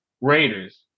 Raiders